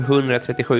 137